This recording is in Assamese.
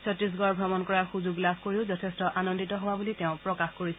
চট্টিশগড় ভ্ৰমণ কৰাৰ সুযোগ লাভ কৰিও যথেষ্ট আনন্দিত হোৱা বুলি তেওঁ প্ৰকাশ কৰিছে